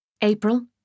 April